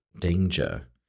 danger